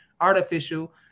artificial